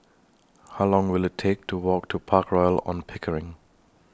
How Long Will IT Take to Walk to Park Royal on Pickering